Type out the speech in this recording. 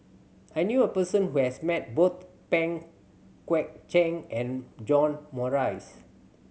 I knew a person who has met both Pang Guek Cheng and John Morrice